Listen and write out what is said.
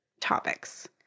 topics